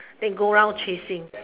then you go around chasing